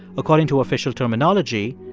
according to official terminology,